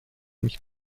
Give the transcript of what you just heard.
mich